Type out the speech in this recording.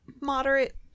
moderate